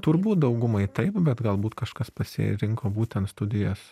turbūt daugumai taip bet galbūt kažkas pasirinko būtent studijas